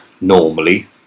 normally